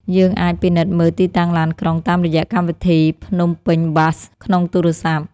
យើងអាចពិនិត្យមើលទីតាំងឡានក្រុងតាមរយៈកម្មវិធី "Phnom Penh Bus" ក្នុងទូរស័ព្ទ។